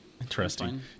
Interesting